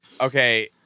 Okay